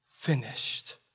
finished